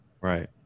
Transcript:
Right